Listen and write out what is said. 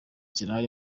gihari